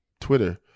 Twitter